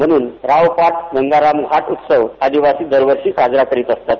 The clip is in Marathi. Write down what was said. म्हणून रावपाट गंगाराम घाट उत्सव आदिवासी दरवर्षी साजरा करीत असतात